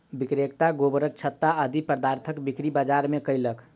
विक्रेता गोबरछत्ता आदि पदार्थक बिक्री बाजार मे कयलक